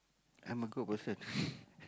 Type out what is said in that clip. I'm a good person